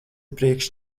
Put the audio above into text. priekš